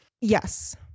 Yes